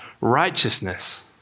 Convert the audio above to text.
righteousness